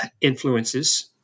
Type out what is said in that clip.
influences